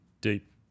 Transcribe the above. deep